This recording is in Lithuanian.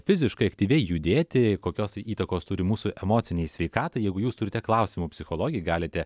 fiziškai aktyviai judėti kokios įtakos turi mūsų emocinei sveikatai jeigu jūs turite klausimų psichologei galite